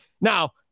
Now